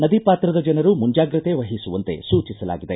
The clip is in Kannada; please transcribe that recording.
ನದಿ ಪಾತ್ರದ ಜನರು ಮುಂಜಾಗ್ರತೆ ವಹಿಸುವಂತೆ ಸೂಚಿಸಲಾಗಿದೆ